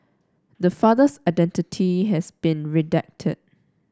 the father's identity has been redacted